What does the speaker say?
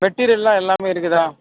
மெட்டீரியல்லாம் எல்லாமே இருக்குதா